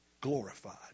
glorified